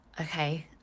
okay